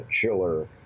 chiller